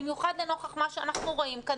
במיוחד לנוכח מה שאנחנו רואים כאן,